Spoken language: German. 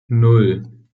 nan